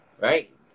Right